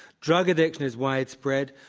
drug addiction is widespread.